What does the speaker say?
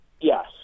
Yes